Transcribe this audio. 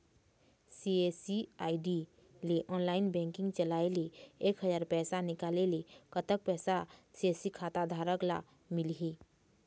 CSC ID ले online banking चलाए ले एक हजार पैसा निकाले ले कतक पैसा सी.एस.सी खाता धारक ला मिलही?